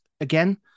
again